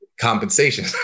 compensation